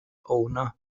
owner